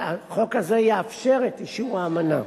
החוק הזה יאפשר את אישור האמנה.